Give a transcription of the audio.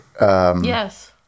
Yes